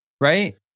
Right